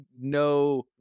no